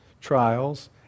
trials